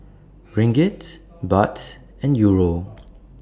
Ringgit Baht and Euro